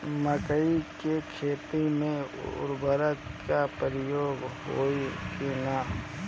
मकई के खेती में उर्वरक के प्रयोग होई की ना?